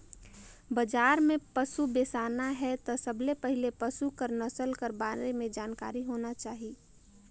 बजार में पसु बेसाना हे त सबले पहिले पसु कर नसल कर बारे में जानकारी होना चाही